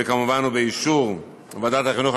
וכמובן באישור ועדת החינוך,